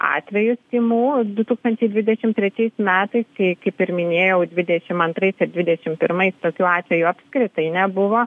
atvejus tymų du tūkstančiai dvidešim trečiais metais tai kaip ir minėjau dvidešim antrais didešim pirmais tokių atvejų apskritai nebuvo